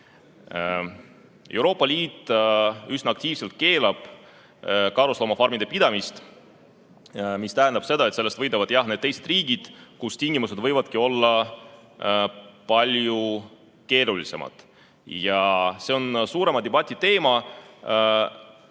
Euroopa Liit üsna aktiivselt keelab karusloomade pidamist, mis tähendab seda, et sellest võidavad need teised riigid, kus pidamistingimused võivad olla palju keerulisemad. See on suurema debati teema.